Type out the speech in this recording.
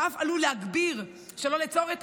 ואף עלול להגביר שלא לצורך,